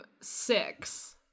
six